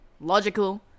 logical